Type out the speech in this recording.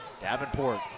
Davenport